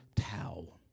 towel